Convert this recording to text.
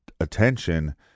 attention